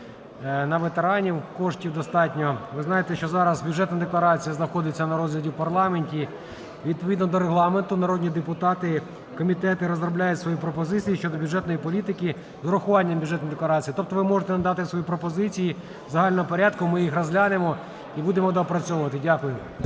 На ветеранів коштів достатньо. Ви знаєте, що зараз бюджетна декларація знаходиться на розгляді в парламенті, і відповідно до Регламенту народні депутати, комітети розробляють свої пропозиції щодо бюджетної політики з урахуванням бюджетної декларації. Тобто ви можете надати свої пропозиції в загальному порядку, ми їх розглянемо і будемо доопрацьовувати. Дякую.